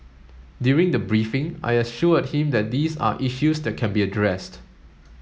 during the briefing I assured him that these are issues that can be addressed